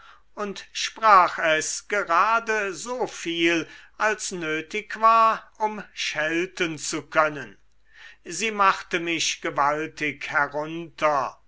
und sprach es gerade so viel als nötig war um schelten zu können sie machte mich gewaltig herunter